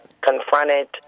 confronted